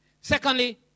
Secondly